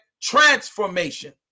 transformation